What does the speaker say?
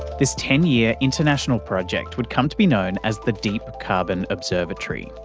this ten year international project would come to be known as the deep carbon observatory,